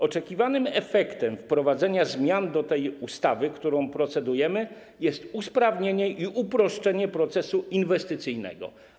Oczekiwanym efektem wprowadzenia zmian do tej ustawy, nad którą procedujemy, jest usprawnienie i uproszczenie procesu inwestycyjnego.